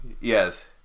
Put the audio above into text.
yes